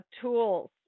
tools